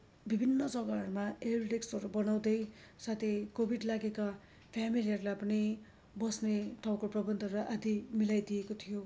विभिन्न जग्गाहरूमा हेल्प डेक्सहरू बनाउँदै साथै कोविड लागेका फेमिलीहरूलाई पनि बस्ने ठाउँको प्रबन्धहरू आदि मिलाइदिएको थियो